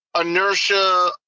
inertia